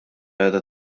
qiegħda